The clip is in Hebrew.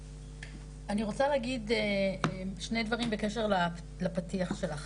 אני רוצה להגיד שני דברים בקשר לפתיח שלך.